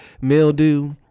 mildew